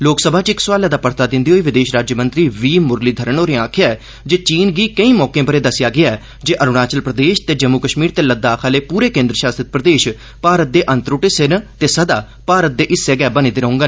लोकसभा च इक सोआलै दा परता दिंदे होई विदेश राज्यमंत्री वी मुरलीघरन होरे आखेआ जे चीन गी केई मौके पर एह आखेआ गेआ ऐ जे अरूणाचल प्रदेश ते जम्मू कश्मीर ते लद्दाख आहले पूरे केन्द्र शासित प्रदेश भारत दे अनत्रद्द हिस्से न ते सदा भारत दे अनत्रुट्ट हिस्से गै बने दे रौहड़न